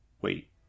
Wait